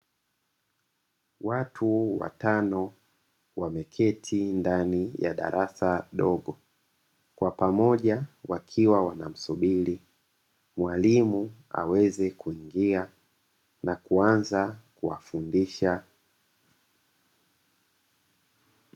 Watu watano wameketi ndani ya darasa dogo, kwa pamoja wakiwa wanamsubiri mwalimu aweze kuingia na kuanza kuwafundisha.